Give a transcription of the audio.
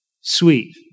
Sweet